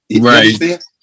Right